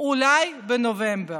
אולי בנובמבר.